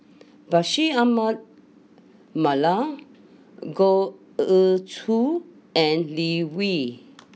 Bashir Ahmad Mallal Goh Ee Choo and Lee Wen